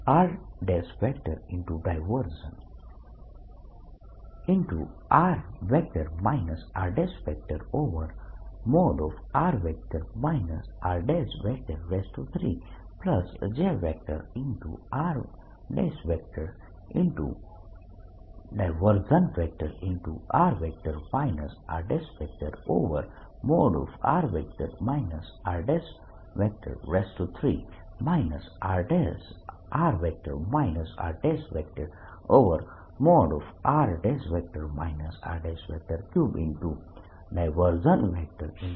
r r|r r|3 r r|r r|3